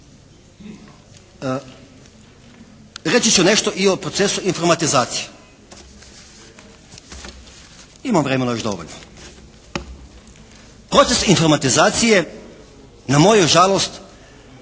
Reći ću nešto i o procesu informatizacije. Imam vremena još dovoljno. Proces informatizacije na moju žalost